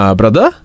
brother